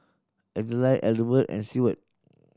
Adlai Adelbert and Seward